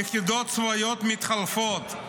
יחידות צבאיות מתחלפות,